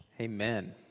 Amen